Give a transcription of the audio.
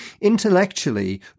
Intellectually